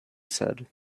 said